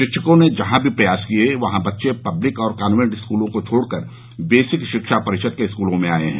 शिक्षकों ने जहां भी प्रयास किये हैं वहां बच्चें पब्लिक और कॉन्वेंट स्कूलों को छोड़कर बेसिक शिक्षा परिषद के स्कूलों में आये हैं